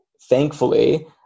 thankfully